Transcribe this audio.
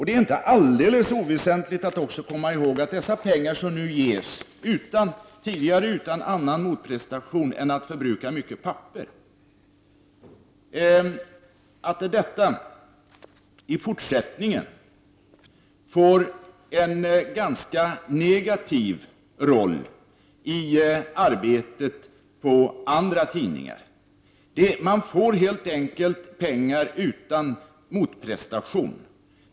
Det är inte alldeles oväsentligt att också ha i åtanke att de pengar som anslås, utan någon annan motprestation än den att man förbrukar mycket papper, i fortsättningen kommer att spela en ganska negativ roll när det gäller arbetet på andra tidningar. Man får alltså helt enkelt pengar utan att det krävs en motprestation.